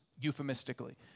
euphemistically